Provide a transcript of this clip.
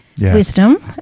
wisdom